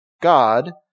God